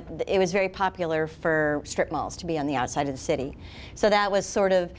but it was very popular for strip malls to be on the outside of the city so that was sort of